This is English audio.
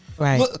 Right